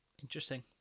Interesting